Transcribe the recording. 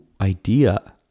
idea